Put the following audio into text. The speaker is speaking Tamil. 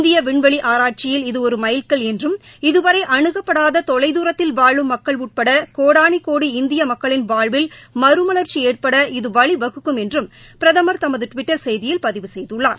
இந்திய விண்வெளி ஆராய்ச்சியில் இது ஒர் மைல்கல் என்றம் இதுவரை அணுகப்படாத தொலைதூரத்தில் வாழும் மக்கள் உட்பட கோடாலு கோடி இந்திய மக்களின் வாழ்வில் மறுமலர்ச்சி ஏற்பட இது வழிவகுக்கும் என்றும் பிரதமர் தமது டிவிட்டர் செய்தியில் பதிவு செய்துள்ளார்